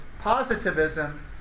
positivism